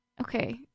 Okay